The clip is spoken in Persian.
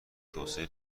توسعه